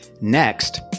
Next